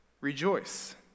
rejoice